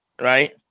right